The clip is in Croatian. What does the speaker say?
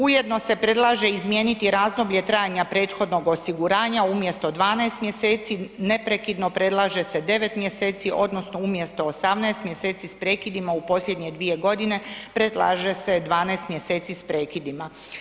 Ujedno se predlaže izmijeniti razdoblje trajanja prethodnog osiguranja umjesto 12. mjeseci neprekidno predlaže se 9. mjeseci odnosno umjesto 18. mjeseci s prekidima u posljednje 2.g. predlaže se 12. mjeseci s prekidima.